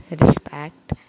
respect